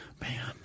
Man